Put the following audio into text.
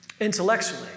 intellectually